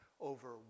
over